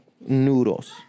Noodles